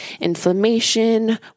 inflammation